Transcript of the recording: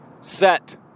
set